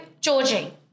Georgie